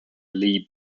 lee